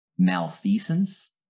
malfeasance